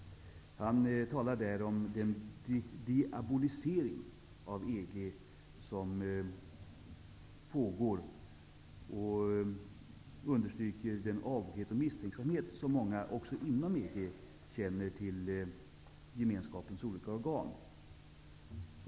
Han talar där om den diabolisering av EG som pågår. Han understryker den avoghet och misstänksamhet som många också inom EG känner inför gemenskapens olika organ.